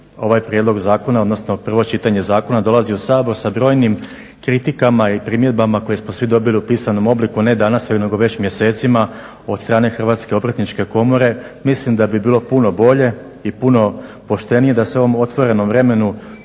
ovaj prijedlog zakona, odnosno prvo čitanje zakona dolazi u Sabor sa brojnim kritikama i primjedbama koje smo svi dobili u pisanom obliku, ne danas nego već mjesecima od strane Hrvatske obrtničke komore. Mislim da bi bilo puno bolje i puno poštenije da se u ovom otvorenom vremenu